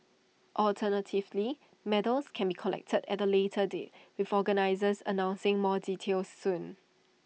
alternatively medals can be collected at A later date with organisers announcing more details soon